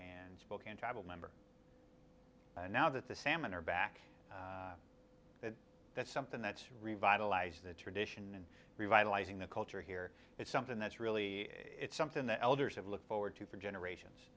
and spokane travel member and now that the salmon are back and that's something that's revitalized the tradition and revitalizing the culture here is something that's really it's something the elders have looked forward to for generations